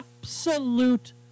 absolute